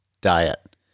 diet